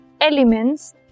elements